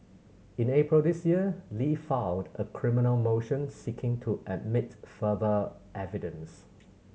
in April this year Li filed a criminal motion seeking to admit further evidence